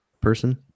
person